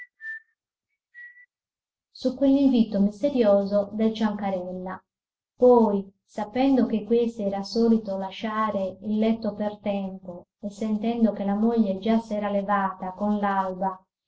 su quell'invito misterioso del ciancarella poi sapendo che questi era solito lasciare il letto per tempo e sentendo che la moglie già s'eralevata con